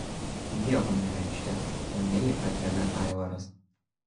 nieko nereiškia ramiai atremia aivaras